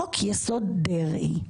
חוק יסוד דרעי,